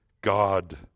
God